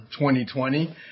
2020